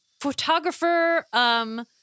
photographer